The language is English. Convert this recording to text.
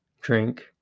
drink